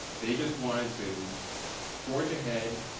they just wanted to forge ahead